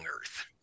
Earth